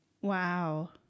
Wow